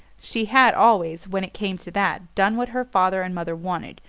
she had always, when it came to that, done what her father and mother wanted,